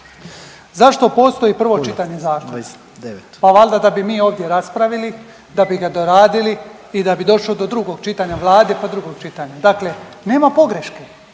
zašto postoji prvo čitanje zakona, pa valda da bi mi ovdje raspravili, da bi ga doradili i da bi došlo do drugog čitanja Vlade, pa drugog čitanja, dakle nema pogreške.